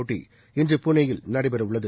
போட்டி இன்று பூனேயில் நடைபெறவுள்ளது